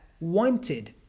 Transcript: wanted